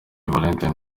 valentine